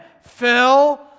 Phil